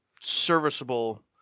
serviceable